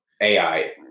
AI